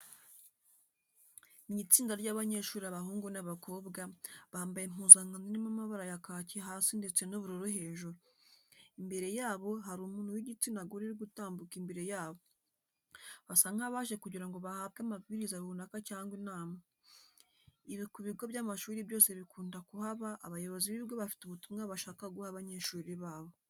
Ni itsinda ry'abanyeshuri abahungu n'abakobwa, bambaye impuzankano irimo amabara ya kaki hasi ndetse n'ubururu hejuru. Imbere yabo hari umuntu w'igitsina gore uri gutambuka imbere yabo. Basa nk'abaje kugira ngo bahabwe amabwiriza runaka cyangwa inama. Ibi ku bigo by'amashuri byose bikunda kuhaba abayobozi b'ibigo bafite ubutumwa bashaka guha abanyeshuri babo.